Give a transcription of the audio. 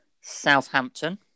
Southampton